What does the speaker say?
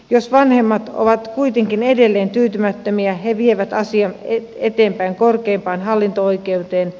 jos vanhemmat ovat kuitenkin edelleen tyytymättömiä he vievät asian eteenpäin korkeimpaan hallinto oikeuteen